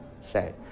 say